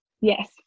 Yes